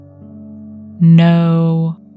No